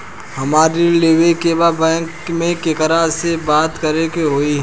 हमरा ऋण लेवे के बा बैंक में केकरा से बात करे के होई?